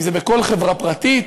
אם זה בכל חברה פרטית,